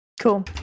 Cool